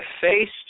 faced